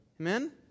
Amen